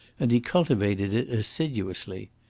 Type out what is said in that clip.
and he cultivated it assiduously.